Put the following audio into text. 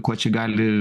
kuo čia gali